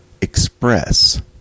express